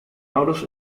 ouders